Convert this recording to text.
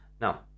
Now